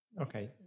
Okay